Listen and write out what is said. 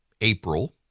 April